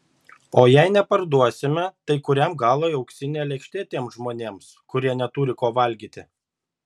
o jei neparduosime tai kuriam galui auksinė lėkštė tiems žmonėms kurie neturi ko valgyti